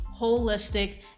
holistic